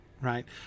right